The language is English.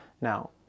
Now